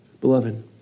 Beloved